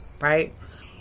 Right